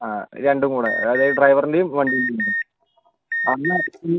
ആ രണ്ടും കൂടെ അതായത് ഡ്രൈവറിൻ്റെയും വണ്ടീൻ്റെയും ഉണ്ട്